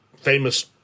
famous